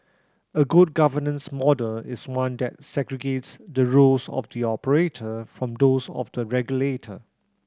a good governance model is one that segregates the roles of the operator from those of the regulator